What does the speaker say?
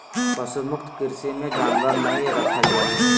पशु मुक्त कृषि मे जानवर नय रखल जा हय